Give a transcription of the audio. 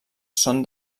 són